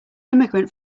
immigrant